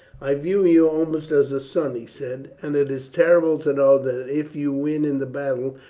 i view you almost as a son, he said and it is terrible to know that if you win in the battle,